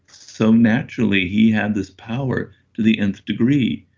so naturally he had this power to the nth degree,